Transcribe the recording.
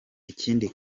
ikindi